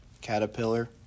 Caterpillar